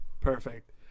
perfect